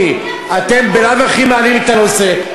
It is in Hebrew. אתם בלאו הכי מעלים את הנושא,